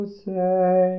say